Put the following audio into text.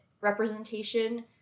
representation